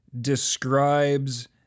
describes